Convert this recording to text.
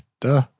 Duh